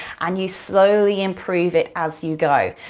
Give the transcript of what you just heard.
and you slowly improve it as you go,